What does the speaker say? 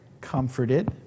Comforted